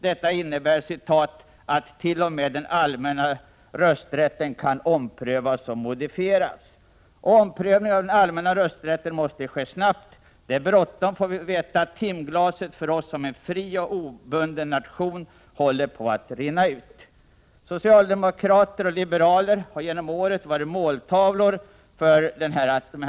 Detta innebär ”att t.o.m. den allmänna rösträtten kan omprövas och modifieras. Och omprövningen av den allmänna rösträtten måste ske snabbt — det är bråttom —timglaset för oss som fri och obunden nation håller på att rinna ut.” Socialdemokrater och liberaler har genom åren varit måltavlor för dessa attacker.